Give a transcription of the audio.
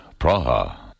Praha